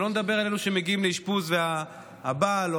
שלא לדבר על אלו שמגיעים לאשפוז והבעל או